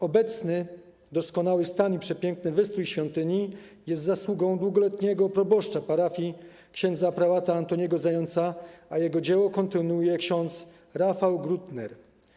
Obecny doskonały stan i przepiękny wystrój kościoła jest zasługą długoletniego proboszcza parafii ks. prałata Antoniego Zająca, a jego dzieło kontynuuje ks. Rafał Grunert.